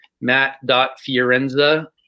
matt.fiorenza